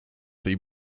tej